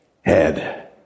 head